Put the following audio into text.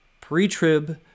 pre-trib